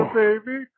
baby